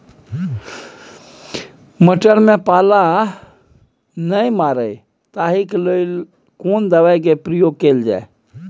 मटर में पाला नैय मरे ताहि के लिए केना दवाई के प्रयोग कैल जाए?